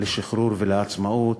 לשחרור ולעצמאות